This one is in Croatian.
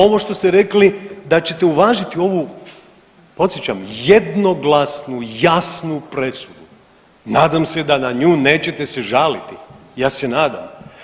Ovo što ste rekli da ćete uvažiti ovu podsjećam jednoglasnu jasnu presudu, nadam se da na nju nećete se žaliti, ja se nadam.